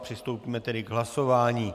Přistoupíme tedy k hlasování.